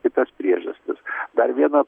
kitas priežastis dar vieną